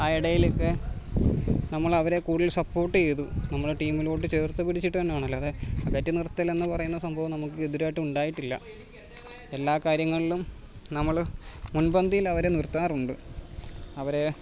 ആ ഇടയിലൊക്കെ നമ്മളവരെ കൂടുതൽ സപ്പോർട്ട് ചെയ്തു നമ്മുടെ ടീമിലോട്ട് ചേർത്തു പിടിച്ചിട്ടു തന്നെയാണ് അല്ലാതെ അകറ്റിനിർത്തലെന്നു പറയുന്ന സംഭവം നമുക്കിതുവരെയായിട്ട് ഉണ്ടായിട്ടില്ല എല്ലാകാര്യങ്ങളിലും നമ്മൾ മുൻപന്തിയിലവരെ നിർത്താറുണ്ട് അവരേ